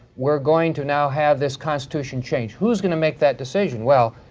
we're going to now have this constitution change. who's gonna make that decision? well,